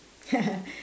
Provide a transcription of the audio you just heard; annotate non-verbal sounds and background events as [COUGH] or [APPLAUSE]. [LAUGHS]